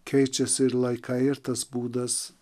keičiasi ir laikai ir tas būdas